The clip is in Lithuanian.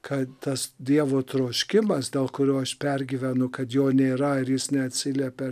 kad tas dievo troškimas dėl kurio aš pergyvenu kad jo nėra ir jis neatsiliepė